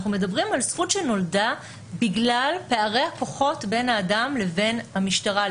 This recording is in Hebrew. אנחנו מדברים על זכות שנולדה בגלל פערי הכוחות בין האדם לבין המשטרה.